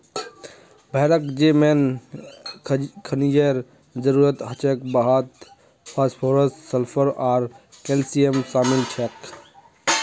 भेड़क जे मेन खनिजेर जरूरत हछेक वहात फास्फोरस सल्फर आर कैल्शियम शामिल छेक